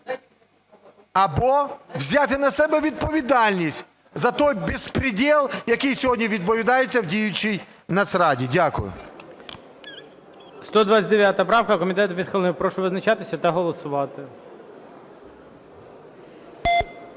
або взяти на себе відповідальність за той беспредел, який сьогодні відбувається у діючій Нацраді. Дякую. ГОЛОВУЮЧИЙ. 129 правка. Комітетом відхилена. Прошу визначатися та голосувати.